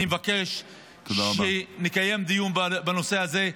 אני מבקש שנקיים דיון בנושא הזה,